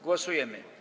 Głosujemy.